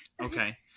Okay